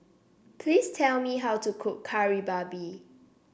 please tell me how to cook Kari Babi